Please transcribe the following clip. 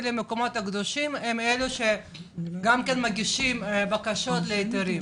למקומות הקדושים הם אלה שמגישים בקשות להיתרים.